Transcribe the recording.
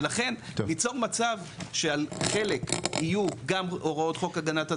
ולכן ליצור מצב שעל חלק יהיו גם הוראות חוק הגנת הצרכן,